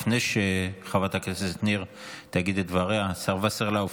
לפני שחברת הכנסת ניר תגיד את דבריה, השר וסרלאוף,